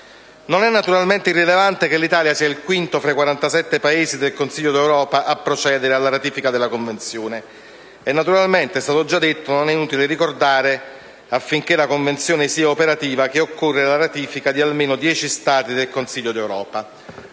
Non è naturalmente irrilevante che l'Italia sia il quinto fra i 47 Paesi del Consiglio d'Europa a procedere alla ratifica della Convenzione e non è inutile ricordare - è stato già detto - che, affinché la Convenzione sia operativa, occorre la ratifica di almeno dieci Stati del Consiglio d'Europa.